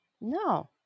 No